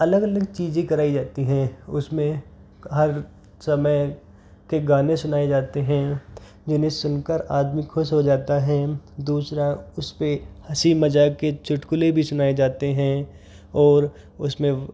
अलग अलग चीज़ें कराई जाती हैं उसमें हर समय के गाने सुनाए जाते हैं जिन्हें सुनकर आदमी खुश हो जाता है दूसरा उस पर हँसी मज़ाक़ के चुटकुले भी सुनाए जाते हैं और उसमें